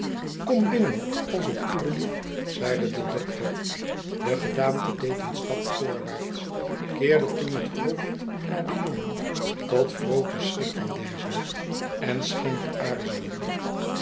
kom binnen als het u beliefb zeide de dokter de gedaante deed een stap voorwaarts keerde toen het hoofd naar den jongen tot grooten schrik van dezen en scheen te aarzelen